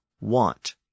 want